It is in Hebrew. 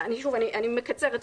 אני מקצרת.